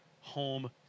home